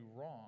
wrong